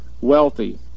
wealthy